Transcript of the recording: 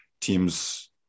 teams